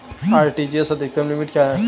RTGS की अधिकतम limit क्या है?